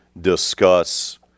discuss